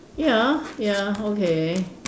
ya ya okay